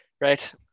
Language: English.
Right